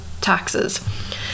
taxes